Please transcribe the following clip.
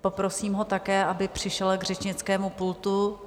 Poprosím ho také, aby přišel k řečnickému pultu.